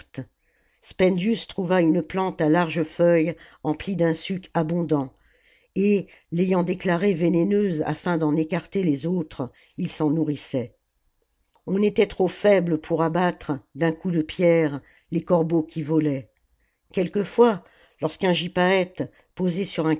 spendius trouva une plante à larges feuilles emplies d'un suc abondant et l'ayant déclarée vénéneuse afin d'en écarter les autres il s'en nourrissait on était trop faible pour abattre d'un coup de pierre les corbeaux qui volaient quelquefois lorsqu'un gypaète posé sur un